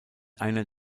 einer